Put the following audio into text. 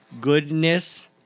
goodness